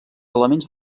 elements